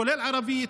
כולל ערבית,